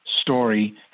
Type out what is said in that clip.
story